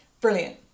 Brilliant